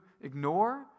ignore